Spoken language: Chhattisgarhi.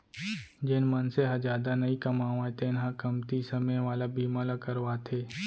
जेन मनसे ह जादा नइ कमावय तेन ह कमती समे वाला बीमा ल करवाथे